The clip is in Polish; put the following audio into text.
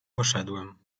poszedłem